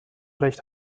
recht